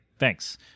Thanks